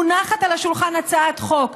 מונחת על השולחן הצעת חוק,